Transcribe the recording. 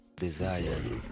desire